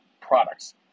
products